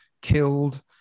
killed